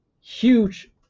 huge